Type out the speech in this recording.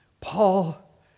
Paul